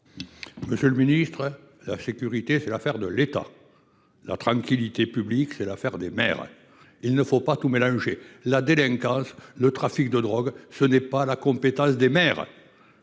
pour la réplique. La sécurité, c’est l’affaire de l’État ; la tranquillité publique, c’est l’affaire des maires. Il ne faut pas tout mélanger ! La délinquance ou le trafic de drogues ne relèvent pas des compétences des maires